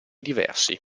diversi